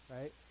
right